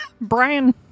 Brian